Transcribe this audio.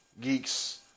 geeks